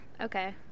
okay